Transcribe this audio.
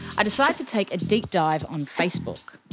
i decide to take a deep dive on facebook.